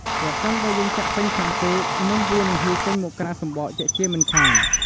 ប្រសិនបើយើងចាក់ពេញខ្លាំងពេកនោះវានឹងហៀរចេញមកក្រៅសំបកជាក់ជាមិនខាន។